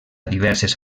diverses